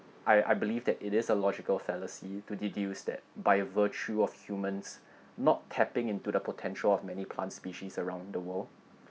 I I believe that it is a logical fallacy to deduce that by virtue of humans not tapping into the potential of many plant species around the world